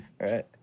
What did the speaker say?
Right